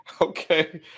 okay